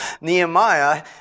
Nehemiah